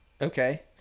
okay